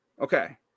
Okay